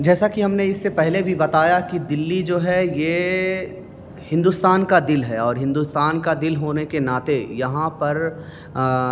جیسا کہ ہم نے اس سے پہلے بھی بتایا کہ دلی جو ہے یہ ہندستان کا دل ہے اور ہندستان کا دل ہونے کے ناطے یہاں پر